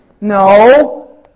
No